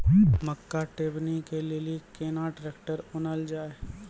मक्का टेबनी के लेली केना ट्रैक्टर ओनल जाय?